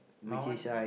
my one